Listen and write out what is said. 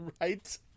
Right